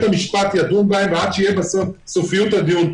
המשפט ידון בהם ועד שתהיה סופיות הדיון,